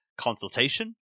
Consultation